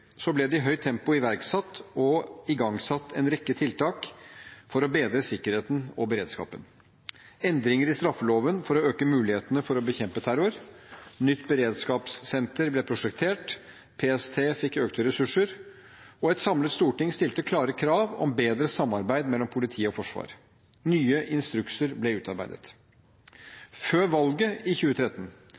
ble det i høyt tempo iverksatt og igangsatt en rekke tiltak for å bedre sikkerheten og beredskapen: Det ble gjort endringer i straffeloven for å øke mulighetene for å bekjempe terror. Nytt beredskapssenter ble prosjektert. PST fikk økte ressurser. Et samlet storting stilte klare krav om bedre samarbeid mellom politiet og Forsvaret. Nye instrukser ble utarbeidet. Før valget i 2013